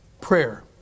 Prayer